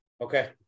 Okay